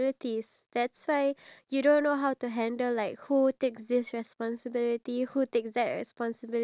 love that they experience with their partner so for example like um I take out these two couple